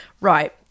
Right